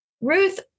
Ruth